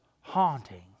haunting